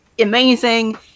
amazing